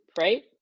right